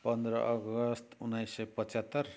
पन्ध्र अगस्ट उन्नाइस सय पचहत्तर